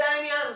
זה העניין.